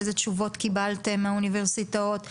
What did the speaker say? איזה תשובות קיבלתם מהאוניברסיטאות,